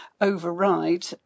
override